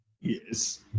Yes